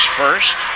first